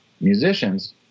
musicians